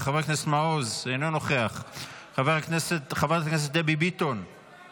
חבר הכנסת אלעזר שטרן, מוותר, חבר הכנסת טרופר,